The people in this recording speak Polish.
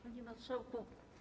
Panie Marszałku!